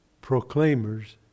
Proclaimers